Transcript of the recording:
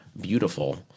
beautiful